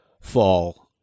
fall